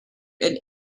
and